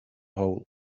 hole